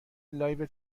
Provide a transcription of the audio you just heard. لایو